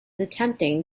attempting